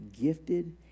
gifted